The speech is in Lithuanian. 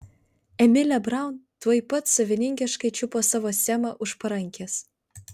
emilė braun tuoj pat savininkiškai čiupo savo semą už parankės